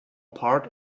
part